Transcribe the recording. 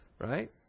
Right